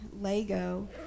lego